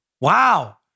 Wow